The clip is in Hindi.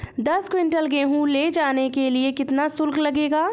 दस कुंटल गेहूँ ले जाने के लिए कितना शुल्क लगेगा?